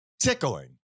tickling